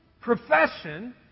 profession